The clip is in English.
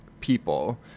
people